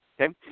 okay